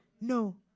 No